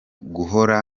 guhora